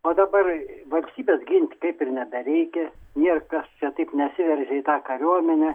o dabar valstybės ginti kaip ir nebereikia nėr kas čia taip nesiveržia į tą kariuomenę